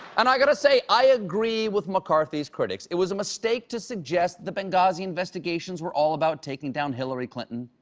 and i gotta say, i agree with mccarthy's critics. it was a mistake to suggest that the benghazi investigations were all about taking down hillary clinton.